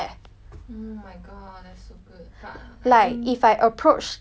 like if I approach the cat right the cat will 过来蹭我 sia